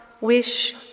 wish